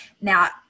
now